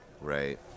Right